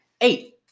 Eight